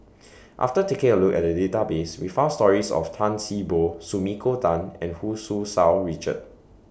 after taking A Look At The Database We found stories of Tan See Boo Sumiko Tan and Hu Tsu Tau Richard